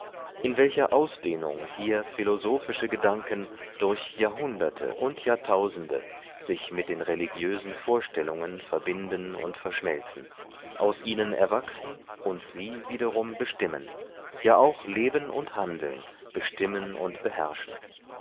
in welcher ausdehnung hier philosophische gedanken durch jahrhunderte und jahrtausende sich mit den religiösen vorstellungen verbinden und verschmelzen aus ihnen erwachsen und sie wiederum bestimmen ja auch leben und handeln bestimmen und beherrschen